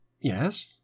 Yes